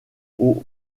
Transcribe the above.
aux